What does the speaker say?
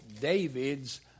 David's